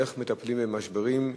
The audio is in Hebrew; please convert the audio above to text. איך מטפלים במשברים.